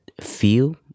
feel